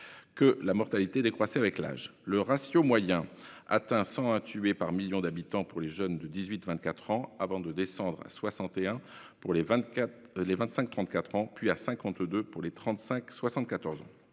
que la mortalité décroissait avec l'âge : le ratio moyen atteint 101 tués par million d'habitants pour les jeunes de 18-24 ans, avant de descendre à 61 pour les 25-34 ans, puis à 52 pour les 35-74 ans.